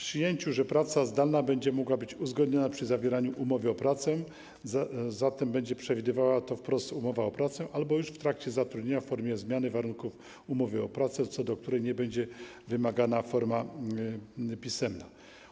Praca zdalna będzie mogła być uzgodniona przy zawieraniu umowy o pracę, zatem będzie przewidywała to wprost umowa o pracę, albo już w trakcie zatrudnienia w formie zmiany warunków umowy o pracę, co do której nie będzie wymagana forma pisemna.